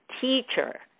teacher